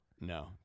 No